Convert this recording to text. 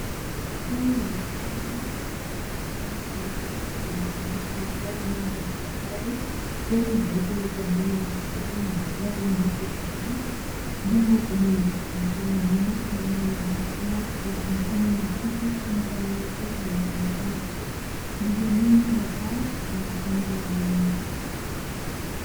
Tawi la Mercedes Center Ltd linaonyesha magari mengi ya kifahari. Gari jeupe liko mbele likifuatiwa na magari meusi kadhaa. Jengo kubwa linaonekana nyuma. Bango lenye jina la kampuni Mercedes Center Ltd linaonekana juu. Nguzo nyingi za taa zimesimama wima.